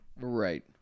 Right